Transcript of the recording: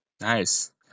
Nice